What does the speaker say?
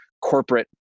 corporate